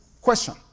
Question